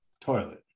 toilet